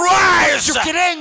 rise